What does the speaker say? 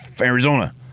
Arizona